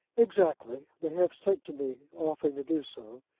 exactly. they have sent to me, offering to do so.